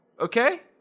Okay